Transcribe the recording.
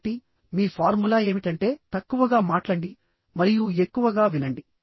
కాబట్టి మీ ఫార్ములా ఏమిటంటే తక్కువగా మాట్లండి మరియు ఎక్కువ గా వినండి